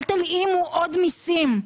אל תלאימו עוד מיסים,